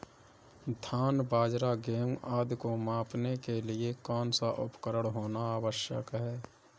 धान बाजरा गेहूँ आदि को मापने के लिए कौन सा उपकरण होना आवश्यक है?